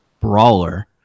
brawler